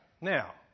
Now